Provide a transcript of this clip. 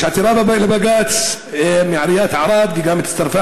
יש עתירה לבג"ץ מעיריית ערד וגם הצטרפה